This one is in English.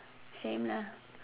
same lah